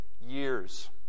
years